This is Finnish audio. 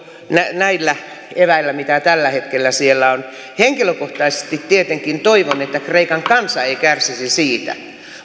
näillä eväillä mitä tällä hetkellä siellä on henkilökohtaisesti tietenkin toivon että kreikan kansa ei kärsisi siitä